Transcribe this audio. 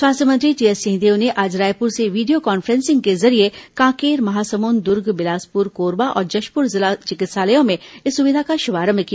स्वास्थ्य मंत्री टीएस सिंहदेव ने आज रायपुर से वीडियो कॉन्फ्रेसिंग के जरिये कांकेर महासमुंद दुर्ग बिलासपुर कोरबा और जशपुर जिला चिकित्सालयों में इस सुविधा का शुभारंभ किया